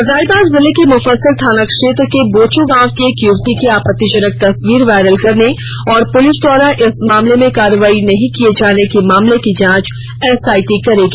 हजारीबाग जिले के मुफस्सिल थाना क्षेत्र के बोचो गांव की एक युवती की आपत्तिजनक तस्वीर वायरल करने एवं पुलिस द्वारा इस मामले में कार्रवाई नहीं किए जाने के पूरे मामले की जांच एसआईटी करेगी